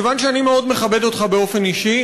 מכיוון שאני מאוד מכבד אותך באופן אישי,